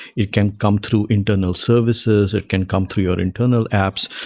it can come through internal services. it can come through your internal apps.